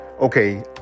okay